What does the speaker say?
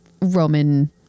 roman